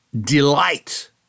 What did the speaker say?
delight